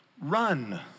run